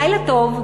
לילה טוב.